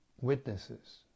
witnesses